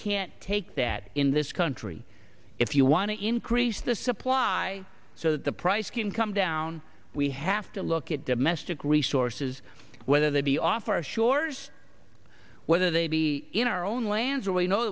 can't take that in this country if you want to increase the supply so the price can come down we have to look at domestic resources whether they be off our shores whether they be in our own lands really know